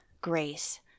grace